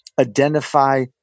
identify